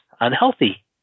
unhealthy